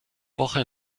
woche